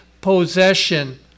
possession